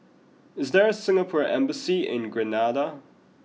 is there a Singapore Embassy in Grenada